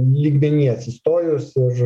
lygmeny atsistojus ir